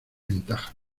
ventaja